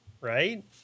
right